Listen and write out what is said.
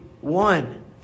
one